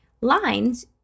lines